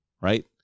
right